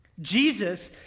Jesus